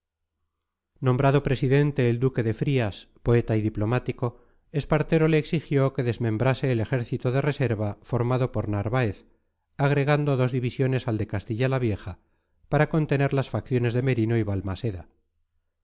nombrado presidente el duque de frías poeta y diplomático espartero le exigió que desmembrase el ejército de reserva formado por narváez agregando dos divisiones al de castilla la vieja para contener las facciones de merino y balmaseda